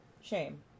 Shame